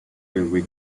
railway